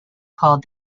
called